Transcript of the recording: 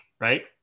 right